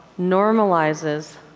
normalizes